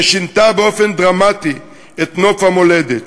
ששינתה באופן דרמטי את נוף המולדת.